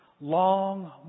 long